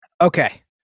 Okay